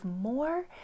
more